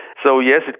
so yes,